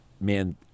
man